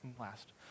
last